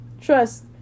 trust